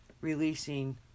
releasing